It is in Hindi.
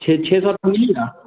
छः छः सौ का मिलेगा